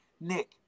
nick